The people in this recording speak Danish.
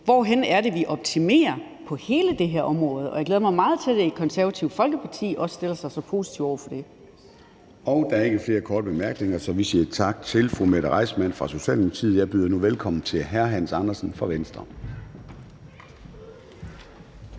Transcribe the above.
hvor det er, vi optimerer på hele det her område, og jeg glæder mig meget til, at Det Konservative Folkeparti også stiller sig så positivt over for det. Kl. 14:10 Formanden (Søren Gade): Der er ikke flere korte bemærkninger. Så vi siger tak til fru Mette Reissmann fra Socialdemokratiet. Jeg byder nu velkommen til hr. Hans Andersen fra Venstre. Kl.